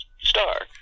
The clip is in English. star